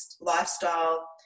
lifestyle